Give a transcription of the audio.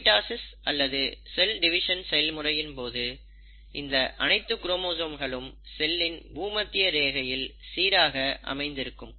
mitosis அல்லது cell division செயல்முறையின் போது இந்த அனைத்து குரோமோசோம்களும் செல்லின் பூமத்திய ரேகையில் சீராக அமைந்து இருக்கும்